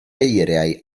eiriau